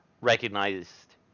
recognized